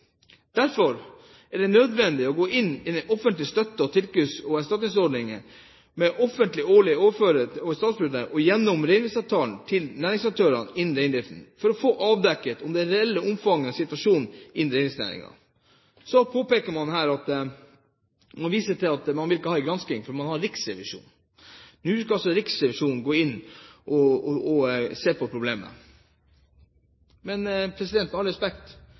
Derfor er det nødvendig å gå inn i de støtte-, tilskudds- og erstatningsordninger det offentlige årlig overfører over statsbudsjettet og gjennom reindriftsavtalen til næringsaktørene innen reindrift, for å få avdekket det reelle omfanget av situasjonen i reindriftsnæringen. Så påpeker man her at man ikke vil ha gransking, fordi man har Riksrevisjonen. Riksrevisjonen skal gå inn og se på problemet. Men med all respekt: